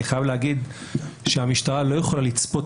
אני חייב להגיד שהמשטרה לא יכולה לצפות